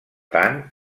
tant